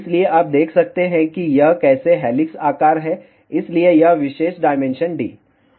इसलिए आप देख सकते हैं कि यह कैसे हेलिक्स आकार है इसलिए यह विशेष डायमेंशन D